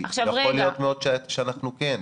כי יכול מאוד להיות שאנחנו כן,